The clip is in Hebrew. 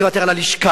תוותר על הלשכה,